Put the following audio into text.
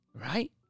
Right